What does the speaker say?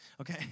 okay